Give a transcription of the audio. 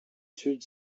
sud